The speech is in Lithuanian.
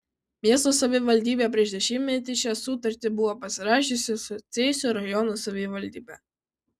miesto savivaldybė prieš dešimtmetį šią sutartį buvo pasirašiusi su cėsių rajono savivaldybe